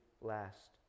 last